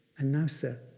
and now, sir,